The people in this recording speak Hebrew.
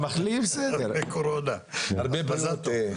מזל טוב.